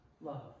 love